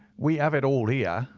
we have it all here,